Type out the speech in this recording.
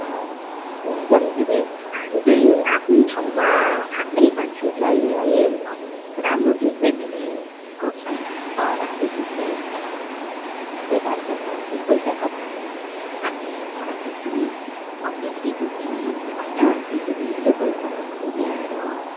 हुन्छ नि दिदी हामी चाहिँ आफ्नै ठाउँमा आफ्नै मान्छेहरूलाई है अनि राम्रो चिज नै दिने गर्छौँ राम्रो चिज नै व्यापार गर्छौँ दुई पैसा कमाए पनि हामी नराम्रो चिज बिग्रेको चिज होइन त्यसरी लोकल सामानहरू ल्याएर